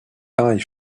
eyes